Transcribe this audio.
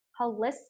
holistic